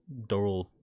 Doral